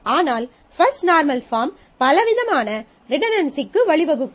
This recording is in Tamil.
ஆனால் பஃஸ்ட் நார்மல் பாஃர்ம் பலவிதமான ரிடன்டன்சிக்கு வழிவகுக்கும்